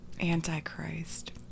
Antichrist